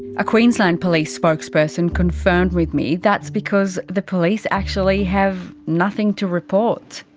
a queensland police spokesperson confirmed with me that's because. the police actually have nothing to report.